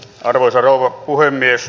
arvoisa rouva puhemies